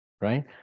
right